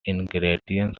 ingredients